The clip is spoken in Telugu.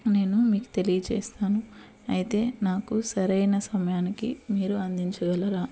నేను మీకు తెలియజేస్తాను అయితే నాకు సరైన సమయానికి మీరు అందించగలరా